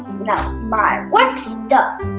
now, my works done.